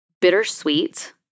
bittersweet